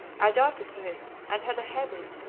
i darted to it, and had a heavy,